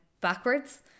backwards